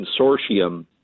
consortium